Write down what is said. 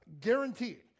Guaranteed